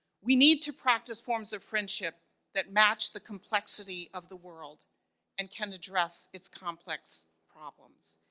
we need to practice forms of friendship that match the complexity of the world and can address its complex problems.